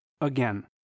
Again